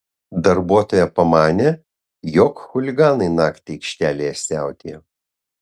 darbuotoja pamanė jog chuliganai naktį aikštelėje siautėjo